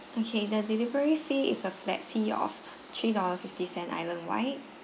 okay the delivery fee is a flat fee of three dollar fifty cent islandwide